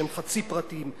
שהם חצי פרטיים,